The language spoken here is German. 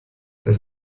das